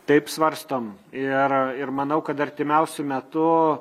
taip svarstom ir ir manau kad artimiausiu metu